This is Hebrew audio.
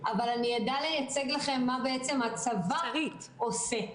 אבל אדע לייצג לכם מה בעצם הצבא עושה.